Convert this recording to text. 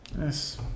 Yes